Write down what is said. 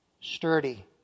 sturdy